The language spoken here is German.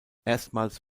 erstmals